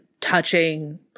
touching